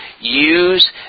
use